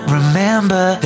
Remember